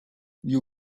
you